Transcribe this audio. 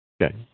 Okay